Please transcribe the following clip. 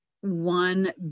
one